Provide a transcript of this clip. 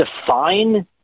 define